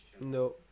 No